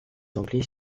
anglais